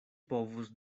povus